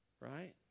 Right